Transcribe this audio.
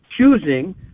choosing